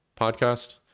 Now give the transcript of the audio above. podcast